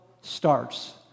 starts